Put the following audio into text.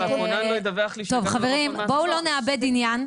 טוב חברים, בואו לא נאבד עניין.